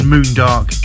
Moondark